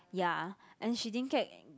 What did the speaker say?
ya and she didn't get